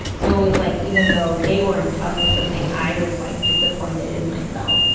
so, it was like even though they weren't telling me something, i was like disappointed in myself.